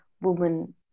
woman